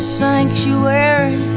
sanctuary